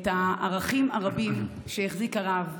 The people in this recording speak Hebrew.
את הערכים הרבים שהחזיק הרב,